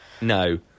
no